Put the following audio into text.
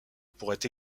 pourrait